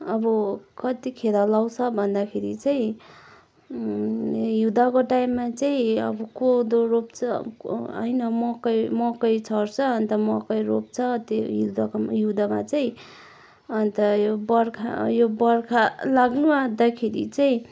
अब कतिखेर लाउँछ भन्दाखेरि चाहिँ हिउँदको टाइममा चाहिँ अब कोदो रोप्छ होइन मकै मकै छर्छ अन्त मकै रोप्छ त्यो हिउँदोकोमा हिउँदमा चाहिँ अन्त यो बर्खा यो बर्खा लाग्नु आँट्दाखेरि चाहिँ